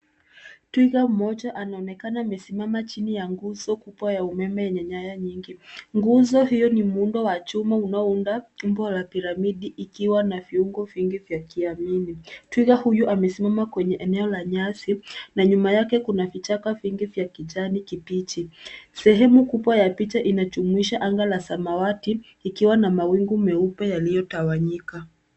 Twiga mmoja anaonekana amesimama chini ya nguzo kubwa ya umeme yenye nyaya nyingi. Nguzo hiyo ni muundo wa chhuma unao unda umbo la piramidi ikiwa na viugo vingi vya kiamini. Twiga huyu amesimama kwenye eneo la nyasi na nyuma yake kuna vichaka vingi vya kijani kibichi. Sehemu kubwa ya picha inajumuisha anga la samawati ikiwa na mawingu meupe yaliyotawanyika.